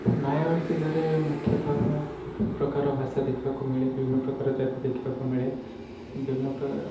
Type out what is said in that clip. ନୟାଗଡ଼ ଜିଲ୍ଲାରେ ମୁଖ୍ୟତଃ ବିଭିନ୍ନ ପ୍ରକାରର ଭାଷା ଦେଖିବାକୁ ମିଳେ ବିଭିନ୍ନ ପ୍ରକାରର ଜାତି ଦେଖିବାକୁ ମିଳେ ବିଭିନ୍ନ